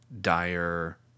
dire